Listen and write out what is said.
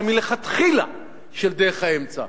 אלא שמלכתחילה של דרך האמצע.